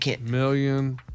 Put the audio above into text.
million